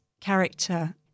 character